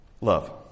Love